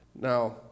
now